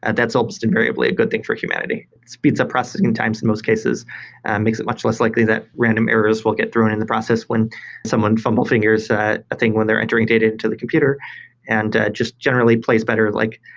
and that's almost and variably a good thing for humanity. it speeds up processing times in most cases. it and makes it much less likely that random errors will get thrown in the process when someone fumble fingers, a thing when they're entering data into the computer and just generally plays better, like,